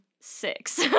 six